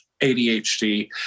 ADHD